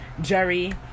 jerry